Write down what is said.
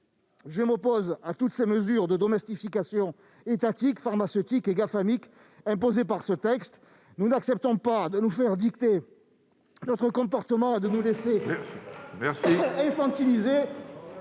je m'oppose à toutes ces mesures de domestication étatique, pharmaceutique et « gafamique » imposées par ce texte. Nous n'acceptons ni de nous faire dicter notre comportement ... Merci de conclure